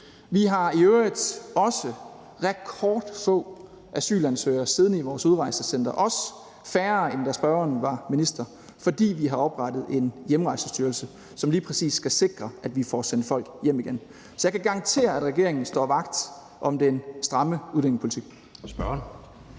Vi har i øvrigt også rekordfå asylansøgere siddende i vores udrejsecentre, også færre, end da spørgeren var minister, fordi vi har oprettet en Hjemrejsestyrelse, som lige præcis skal sikre, at vi får sendt folk hjem igen. Så jeg kan garantere, at regeringen står vagt om den stramme udlændingepolitik.